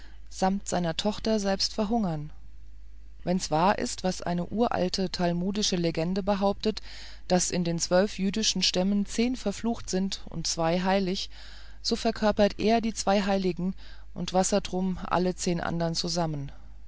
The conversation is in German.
samt seiner tochter selber verhungern wenn's wahr ist was eine uralte talmudische legende behauptet daß von den zwölf jüdischen stämmen zehn verflucht sind und zwei hellig so verkörpert er die zwei heiligen und wassertrum alle zehn andern zusammen